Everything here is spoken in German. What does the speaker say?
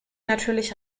natürlich